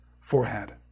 forehead